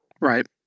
Right